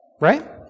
right